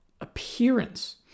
appearance